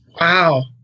Wow